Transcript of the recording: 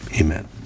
amen